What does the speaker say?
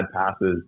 passes